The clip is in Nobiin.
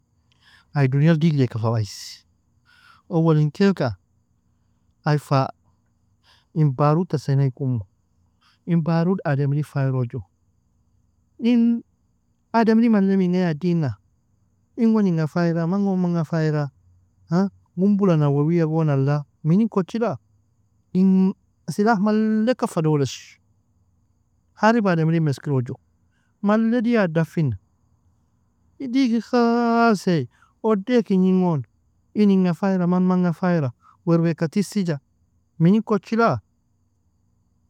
Ai dunial dighiddeaka fa aies. Owalin kailka ai fa in parutta seneikumu. In parudi ademrig fairojo, in ademri malle mingai aa dina? Ingon inga fayra, manog manga fayra, qunbal nawawiyagon alla, minin kochila? In سلاح maleka fa dolish, حرب ademrig meskirojo, malle dia aa dafina, digid khalsee udai kignin gon, in inga fayra, man manga fayra, werweaka tisija, minin kochila?